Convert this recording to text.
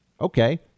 okay